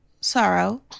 Sorrow